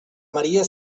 maria